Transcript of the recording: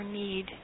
need